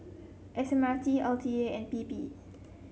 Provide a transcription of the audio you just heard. S M R T L T A and P P